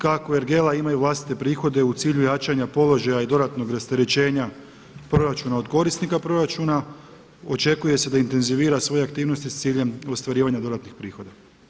Kako ergela ima vlastite prihode u cilju jačanja položaja i dodatnog rasterećenja proračuna od korisnika proračuna, očekuje se da intenzivira svoje aktivnosti s ciljem ostvarivanja dodatnih prihoda.